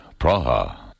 Praha